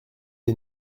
les